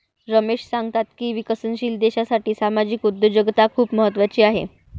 रमेश सांगतात की विकसनशील देशासाठी सामाजिक उद्योजकता खूप महत्त्वाची आहे